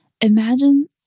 imagine